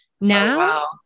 Now